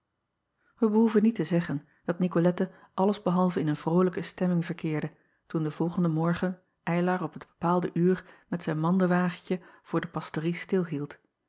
ij behoeven niet te zeggen dat icolette alles behalve in een vrolijke stemming verkeerde toen den volgenden morgen ylar op het bepaalde uur met zijn mandewagentje voor de pastorie